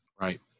Right